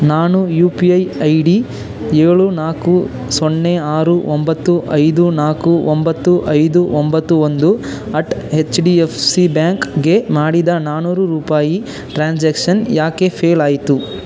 ನಾನು U P I I D ಏಳು ನಾಲ್ಕು ಸೊನ್ನೆ ಆರು ಒಂಬತ್ತು ಐದು ನಾಲ್ಕು ಒಂಬತ್ತು ಐದು ಒಂಬತ್ತು ಒಂದು at H D F C ಬ್ಯಾಂಕ್ಗೆ ಮಾಡಿದ ನಾನ್ನೂರು ರೂಪಾಯಿ ಟ್ರಾನ್ಸ್ಯಾಕ್ಷನ್ ಏಕೆ ಫೇಲ್ ಆಯಿತು